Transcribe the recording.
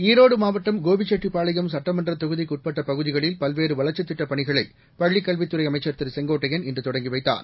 ஈரோடு மாவட்டம் கோபிச்செட்டிப்பாளையம் சுட்டமன்ற தொகுதிக்கு உட்பட்ட பகுதிகளில் பல்வேறு வள்ச்சித்திட்டப் பணிகளை பள்ளிக் கல்வித்துறை அமைச்சர் திரு செங்கோட்டையன் இன்று தொடங்கி வைத்தார்